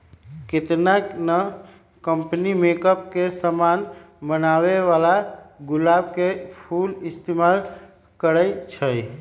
केतना न company makeup के समान बनावेला गुलाब के फूल इस्तेमाल करई छई